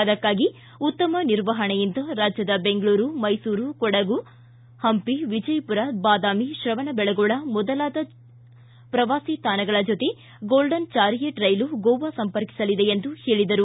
ಅದಕ್ಕಾಗಿ ಉತ್ತಮ ನಿರ್ವಹಣೆಯಿಂದ ರಾಜ್ಯದ ಬೆಂಗಳೂರು ಮೈಸೂರು ಕೊಡಗು ಹಂಪಿ ವಿಜಯಪುರ ಬಾದಾಮಿ ತ್ರವಣಬೆಳಗೊಳ ಮೊದಲಾದ ಪ್ರವಾಸಿ ತಾಣಗಳ ಜೊತೆ ಗೋಲ್ಡನ್ ಚಾರಿಯಟ್ ರೈಲು ಗೋವಾ ಸಂಪರ್ಕಿಸಲಿದೆ ಎಂದು ಹೇಳಿದರು